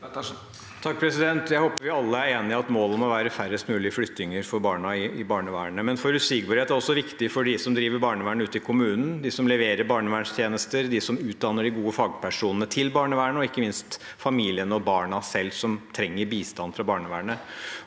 (H) Jeg håper vi alle er enig i at målet må være færrest mulig flyttinger for barna i barnevernet, men forutsigbarhet er også viktig for dem som driver barnevern ute i kommunen, som leverer barnevernstjenester, som utdanner de gode fagpersonene til barnevernet, og ikke minst familiene og barna selv, som trenger bistand fra barnevernet.